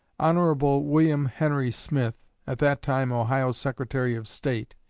hon. wm. henry smith, at that time ohio's secretary of state,